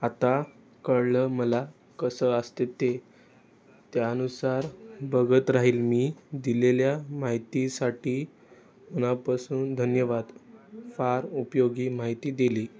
आता कळलं मला कसं असते ते त्यानुसार बघत राहील मी दिलेल्या माहितीसाठी मनापासून धन्यवाद फार उपयोगी माहिती दिली